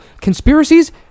Conspiracies